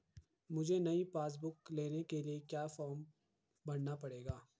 मुझे नयी passbook book लेने के लिए क्या फार्म भरना पड़ेगा?